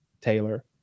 Taylor